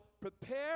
prepare